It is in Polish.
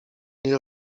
nie